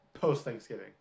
post-Thanksgiving